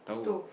stove